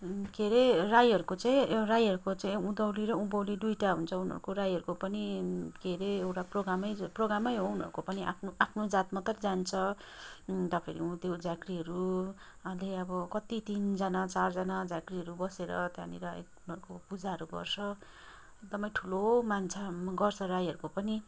के रे राईहरूको चाहिँ राईहरूको चाहिँ उँधौली र उँभौली दुइटा हुन्छ उनीहरूको राईहरूको पनि के रे एउटा प्रोग्रामै प्रोग्रामै हो उनीहरूको पनि आफ्नो आफ्नो जात जात मात्रै हुन्छ तपाईँको त्यो झाँक्रीहरू आले अब कति तिनजना चारजना झाँक्रीहरू बसेर त्यहाँनिर एक उनीहरूको पूजाहरू गर्छ एकदमै ठुलो मान्छ गर्छ राईहरूको पनि